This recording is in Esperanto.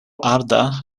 arda